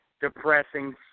depressing